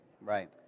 Right